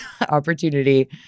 opportunity